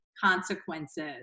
consequences